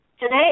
Today